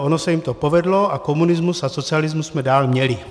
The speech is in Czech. Ono se jim to povedlo a komunismus a socialismus jsme dál měli.